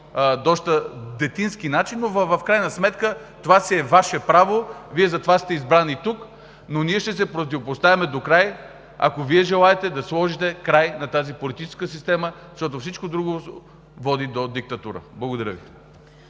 доста детински начин, но в крайна сметка това си е Ваше право, Вие затова сте избрани тук. Ние ще се противопоставяме докрай, ако Вие желаете да сложите край на тази политическа система. Защото всичко друго води до диктатура! Благодаря Ви.